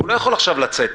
הוא לא יכול עכשיו לצאת.